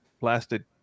blasted